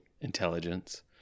intelligence